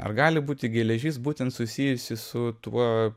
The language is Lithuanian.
ar gali būti geležis būtent susijusi su tuo